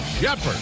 Shepard